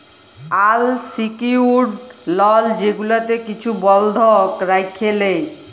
আল secured loan যেগুলাতে কিছু বল্ধক রাইখে লেই